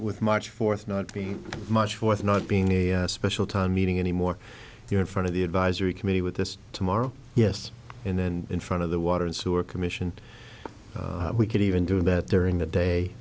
with march fourth not being march fourth not being a special town meeting anymore you're in front of the advisory committee with this tomorrow yes and then in front of the water and sewer commission we could even do that during the day